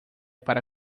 para